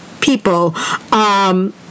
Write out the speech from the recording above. people